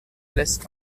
lässt